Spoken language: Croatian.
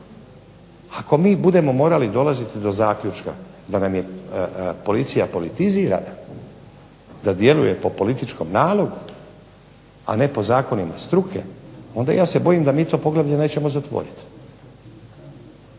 Ako mi budemo morali dolaziti do zaključka da nam je policija politizirana, da djeluje po političkom nalogu a ne po zakonima struke onda ja se bojim da mi to poglavlje nećemo zatvoriti.